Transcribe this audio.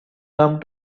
come